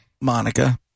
Monica